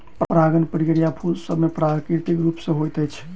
परागण प्रक्रिया फूल सभ मे प्राकृतिक रूप सॅ होइत अछि